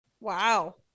Wow